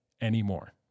anymore